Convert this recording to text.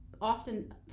often